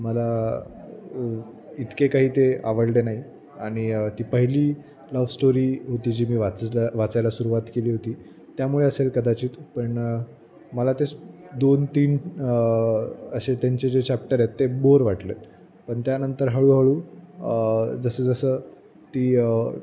मला इतके काही ते आवडले नाही आणि ती पहिली मी लव स्टोरी होती जी मी वाचल्या वाचायला सुरवात केली होती त्यामुळे असेल कदाचित पण मला ते दोन तीन असे त्यांचे जे चॅप्टर आहेत ते बोर वाटले आहेत पण त्यानंतर हळूहळू जसंजसं ती